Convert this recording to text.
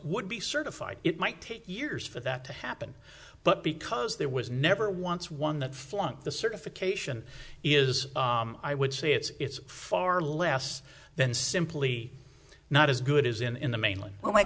would be certified it might take years for that to happen but because there was never wants one that flunked the certification is i would say it's far less than simply not as good as in the mainland when my